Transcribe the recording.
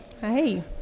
hey